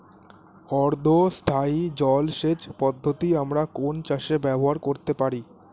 অর্ধ স্থায়ী জলসেচ পদ্ধতি আমরা কোন চাষে ব্যবহার করতে পারি?